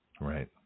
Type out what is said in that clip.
Right